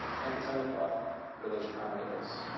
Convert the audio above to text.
and potomac prof village condos.